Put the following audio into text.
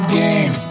game